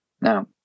Now